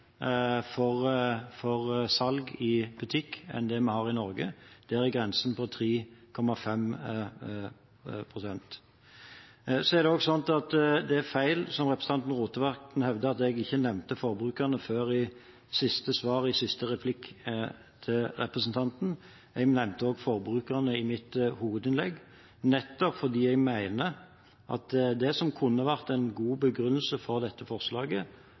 for salg i butikk enn det vi har i Norge. Der er grensen på 3,5 pst. Så er det feil som representanten Rotevatn hevder, at jeg ikke nevnte forbrukerne før i siste replikksvar til representanten. Jeg nevnte også forbrukerne i mitt hovedinnlegg, nettopp fordi jeg mener at det at forbrukerne ville fått tilgang på et større utvalg av produkter fra mikrobryggeriene, kunne vært en god begrunnelse for dette forslaget,